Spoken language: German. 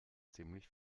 ziemlich